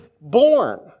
born